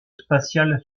spatiale